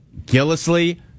Gillisley